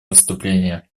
выступление